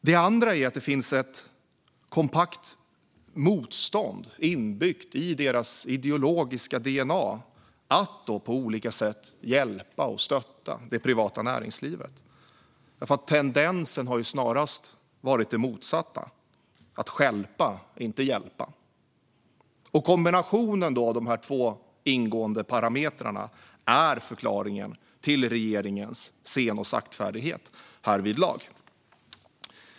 Det andra är att det finns ett kompakt motstånd inbyggt i deras ideologiska DNA mot att på olika sätt hjälpa och stötta det privata näringslivet. Tendensen har snarast varit den motsatta: att stjälpa, inte hjälpa. Kombinationen av dessa två ingående parametrar är förklaringen till regeringens sen och saktfärdighet.